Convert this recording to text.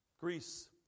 Greece